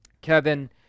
Kevin